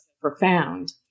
profound